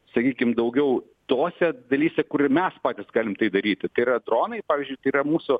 sakykim daugiau tose dalyse kur ir mes patys galim tai daryti tai yra dronai pavyzdžiui tai yra mūsų